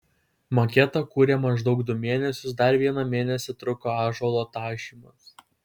maketą kūrė maždaug du mėnesius dar vieną mėnesį truko ąžuolo tašymas